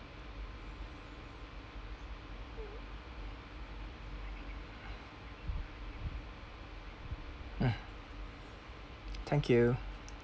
mm thank you